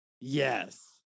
Yes